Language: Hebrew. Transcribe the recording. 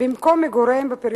במקום מגוריהם בפריפריה,